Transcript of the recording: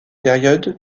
périodes